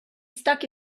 stuck